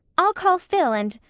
i'll call phil and